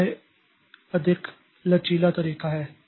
तो यह अधिक लचीला तरीका है